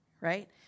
right